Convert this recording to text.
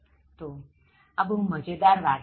તો આ બહુ મજેદાર વાર્તા છે